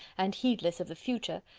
and heedless of the future,